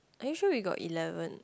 are you sure we got eleven